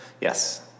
Yes